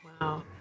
Wow